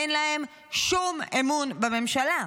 אין להם שום אמון בממשלה.